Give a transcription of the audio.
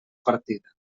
partida